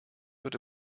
wird